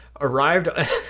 arrived